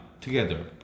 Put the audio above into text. together